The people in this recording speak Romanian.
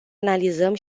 analizăm